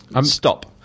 stop